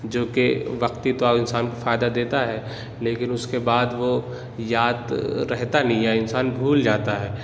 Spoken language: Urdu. جو کہ وقتی طور انسان کو فائدہ دیتا ہے لیکن اس کے بعد وہ یاد رہتا نہیں ہے انسان بھول جاتا ہے